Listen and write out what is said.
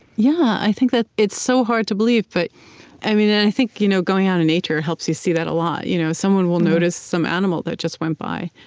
yeah, i think that it's so hard to believe, but i mean and i think you know going out in nature helps you see that a lot. you know someone will notice some animal that just went by,